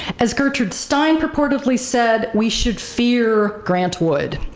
as gertrude stein purportedly said, we should fear grant wood.